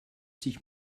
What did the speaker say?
sich